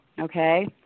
Okay